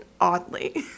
oddly